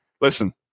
listen